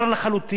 זה הרי מגוחך,